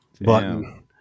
button